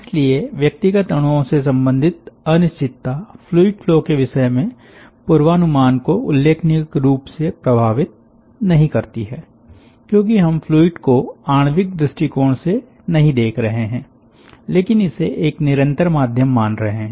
इसलिए व्यक्तिगत अणुओं से सम्बन्धित अनिश्चितता फ्लूइड फ्लो के विषय में पूर्वानुमान को उल्लेखनीय रूप से प्रभावित नहीं करती है क्योंकि हम फ्लूइड को आणविक दृष्टिकोण से नहीं देख रहे हैं लेकिन इसे एक निरंतर माध्यम मान रहे हैं